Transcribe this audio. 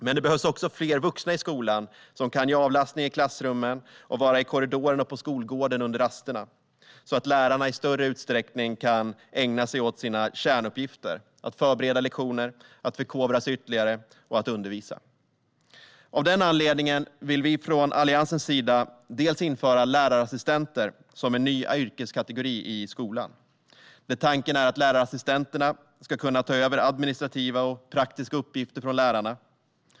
Men det behövs också fler vuxna i skolan som kan ge avlastning i klassrummen och vara i korridoren och på skolgården under rasterna, så att lärarna i större utsträckning kan ägna sig åt sina kärnuppgifter: att förbereda lektioner, att förkovra sig ytterligare och att undervisa. Av den anledningen vill vi från Alliansens sida införa lärarassistenter, som en ny yrkeskategori i skolan. Tanken är att lärarassistenterna ska kunna ta över administrativa och praktiska uppgifter från lärarna.